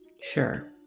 sure